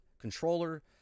controller